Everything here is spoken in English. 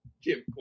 Jim